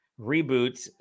reboot